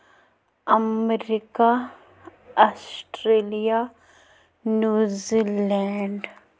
America Australia New Zealand